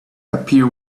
appeared